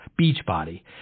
Beachbody